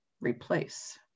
replace